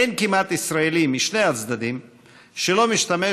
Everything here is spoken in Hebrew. אין כמעט ישראלי משני הצדדים שלא משתמש